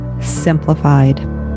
simplified